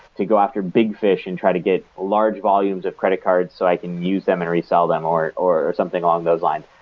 to go after big fish and try to get large volumes of credit cards, so i can use them and resell them, or or something along those lines.